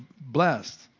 blessed